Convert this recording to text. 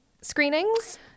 screenings